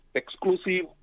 exclusive